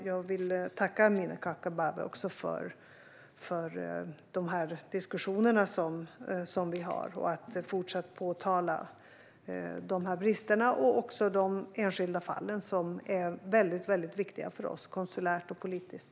Jag vill tacka Amineh Kakabaveh för våra diskussioner. Vi ska fortsätta att påtala de här bristerna och också ta upp de enskilda fallen, som är väldigt viktiga för oss konsulärt och politiskt.